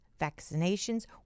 vaccinations